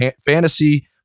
fantasy